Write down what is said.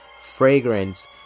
fragrance